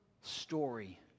story